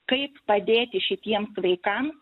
kaip padėti šitiems vaikam